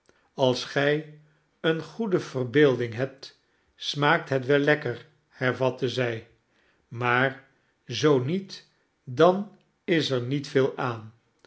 als gij eene goede verbeelding hebt smaakt het wel lekker hervatte zij maar zoo niet dan is er niet veel aan